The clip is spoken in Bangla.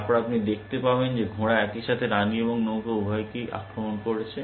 তারপরে আপনি দেখতে পাবেন যে ঘোড়া একই সাথে রানী এবং নৌকা উভয়কেই আক্রমণ করছে